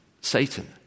Satan